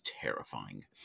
terrifying